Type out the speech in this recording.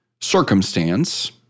circumstance